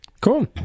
Cool